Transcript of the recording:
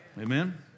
Amen